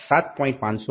500 7